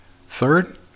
Third